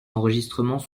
enregistrements